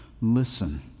Listen